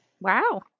Wow